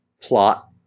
plot